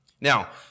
now